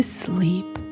sleep